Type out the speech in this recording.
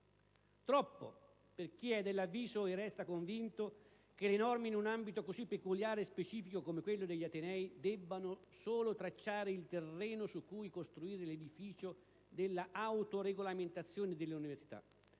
Troppo per chi è dell'avviso e resta convinto che le norme in un ambito così peculiare e specifico come quello degli atenei debbano solo tracciare il terreno su cui costruire l'edificio della autoregolamentazione delle università,